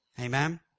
Amen